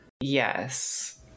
Yes